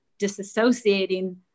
disassociating